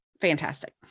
Fantastic